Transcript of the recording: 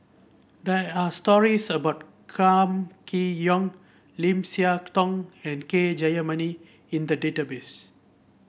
there are stories about Kam Kee Yong Lim Siah Tong and K Jayamani in the database